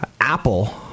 Apple